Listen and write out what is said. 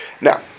Now